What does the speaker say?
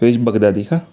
veg Baghdadi का